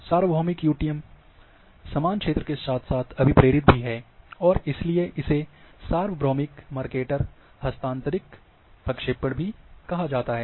सार्वभौमिक यूटीएम समान क्षेत्र के साथ साथ अभिप्रेरित भी है और इसलिए इसे सार्वभौमिक मर्केटर हस्तांतरित प्रक्षेपण भी कहा जाता है